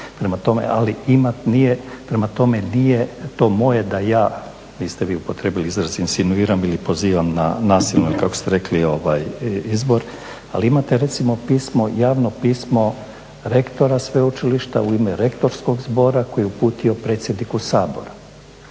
tome nije to moje da ja, niste vi upotrijebili izraz insinuiram ili pozivan na nasilno kako ste rekli izbor, ali imate recimo pismo, javno pismo rektora sveučilišta u ime rektorskog zbora koji je uputio predsjedniku Sabora.